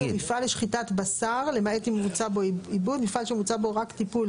אתם לא צריכים להיות כבולים לוועדות תקינה